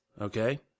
Okay